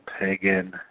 pagan